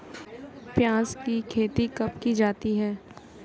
प्याज़ की खेती कब की जाती है?